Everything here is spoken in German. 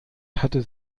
hatte